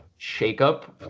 shakeup